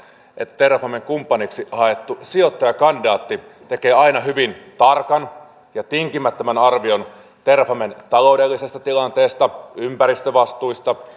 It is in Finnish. että terrafamen kumppaniksi haettu sijoittajakandidaatti tekee aina hyvin tarkan ja tinkimättömän arvion terrafamen taloudellisesta tilanteesta ympäristövastuista